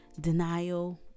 denial